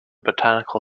botanical